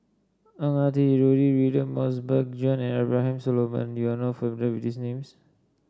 Ang Ah Tee Rudy William Mosbergen and Abraham Solomon you are not familiar with these names